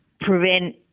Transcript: prevent